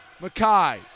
Makai